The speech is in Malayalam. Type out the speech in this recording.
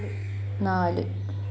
നാല്